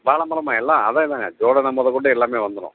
வாழை மரமா எல்லாம் அதே தாங்க தோரணம் முதக் கொண்டு எல்லாமே வந்துடும்